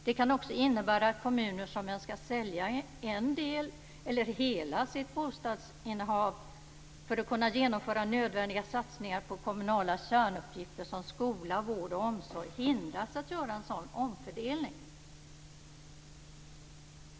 Det kan också innebära att kommuner som skall sälja en del av, eller hela, sitt bostadsinnehav för att kunna genomföra nödvändiga satsningar på kommunala kärnuppgifter som skola, vård och omsorg hindras att göra en sådan omfördelning.